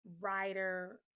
writer